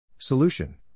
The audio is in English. Solution